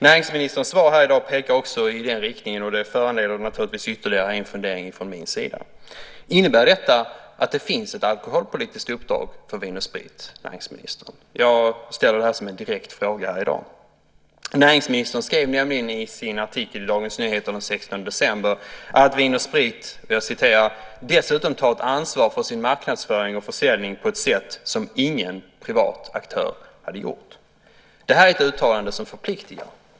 Näringsministerns svar här i dag pekar också i den riktningen, och det föranleder ytterligare en fundering från min sida. Innebär detta att det finns ett alkoholpolitiskt uppdrag för Vin & Sprit, näringsministern? Jag ställer det här som en direkt fråga i dag. Näringsministern skrev i sin artikel i Dagens Nyheter den 16 december om Vin & Sprit att "dessutom tar bolaget ansvar för sin marknadsföring och sin försäljning på ett sätt som ingen privat aktör hade gjort". Det här är ett uttalande som förpliktigar.